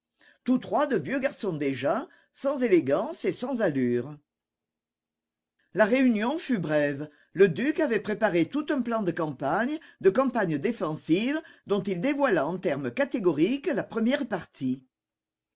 tous trois de vieux garçons déjà sans élégance et sans allure la réunion fut brève le duc avait préparé tout un plan de campagne de campagne défensive dont il dévoila en termes catégoriques la première partie